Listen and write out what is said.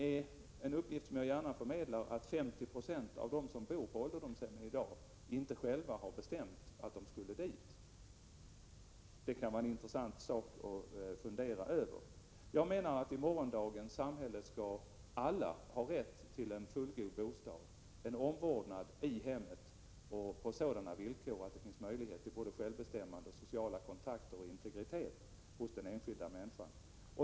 Jag förmedlar gärna uppgiften att 50 96 av dem som bor på ålderdomshem i dag inte själva har bestämt att de skulle dit. Detta kan vara intressant att fundera över. Jag menar att i morgondagens samhälle skall alla ha rätt till en fullgod bostad och omvårdnad i hemmet, på sådana villkor att det finns möjligheter till både självbestämmande, sociala kontakter och integritet för den enskilda människan.